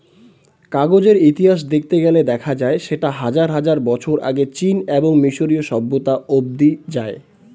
কাগজের ইতিহাস দেখতে গেলে দেখা যায় সেটা হাজার হাজার বছর আগে চীন এবং মিশরীয় সভ্যতা অবধি যায়